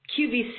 QVC